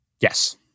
Yes